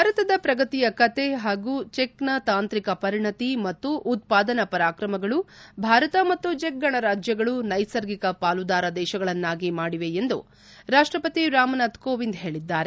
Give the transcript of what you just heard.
ಭಾರತದ ಶ್ರಗತಿಯ ಕಥೆ ಹಾಗೂ ಚೆಕ್ನ ತಾಂತ್ರಿಕ ಪರಿಣತಿ ಮತ್ತು ಉತ್ಪಾದನಾ ಪರಾಕ್ರಮಗಳು ಭಾರತ ಮತ್ತು ಚೆಕ್ ಗಣರಾಜ್ಯಗಳು ನೈಸರ್ಗಿಕ ಪಾಲುದಾರ ದೇಶಗಳನ್ನಾಗಿ ಮಾಡಿದೆ ಎಂದು ರಾಷ್ಟಪತಿ ರಾಮನಾಥ್ ಕೋವಿಂದ್ ಹೇಳಿದ್ದಾರೆ